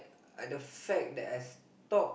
uh the fact that as talk